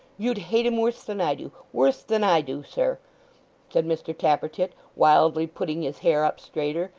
you'd hate him worse than i do worse than i do, sir said mr tappertit wildly, putting his hair up straighter,